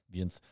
Więc